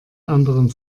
anderen